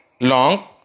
long